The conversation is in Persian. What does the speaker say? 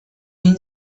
این